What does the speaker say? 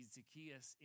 Zacchaeus